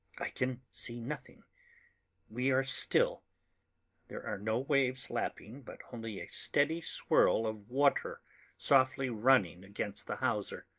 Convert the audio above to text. i can see nothing we are still there are no waves lapping, but only a steady swirl of water softly running against the hawser.